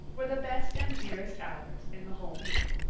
were the best and dearest hours in the whole week.